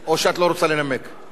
להוריד.